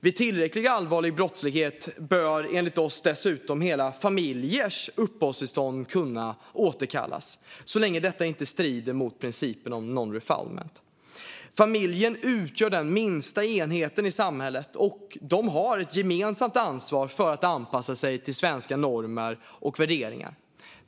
Vid tillräckligt allvarlig brottslighet bör enligt oss dessutom hela familjers uppehållstillstånd kunna återkallas, så länge detta inte strider mot principen om non-refoulement. Familjen utgör den minsta enheten i samhället, och de har ett gemensamt ansvar för att anpassa sig till svenska normer och värderingar.